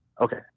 Okay